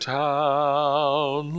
town